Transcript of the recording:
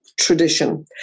tradition